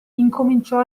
incominciò